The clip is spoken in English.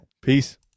Peace